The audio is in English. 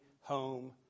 home